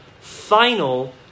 final